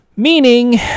Meaning